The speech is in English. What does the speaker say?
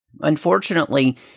unfortunately